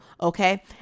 okay